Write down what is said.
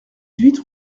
huit